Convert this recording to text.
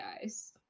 guys